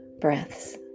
breaths